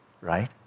right